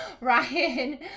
Ryan